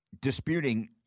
disputing